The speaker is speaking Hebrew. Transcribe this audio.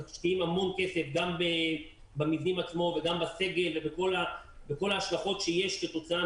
אנחנו משקיעים המון כסף גם בסגל ובכל ההשלכות שיש כתוצאה